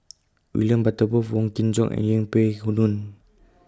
William Butterworth Wong Kin Jong and Yeng Pway Ngon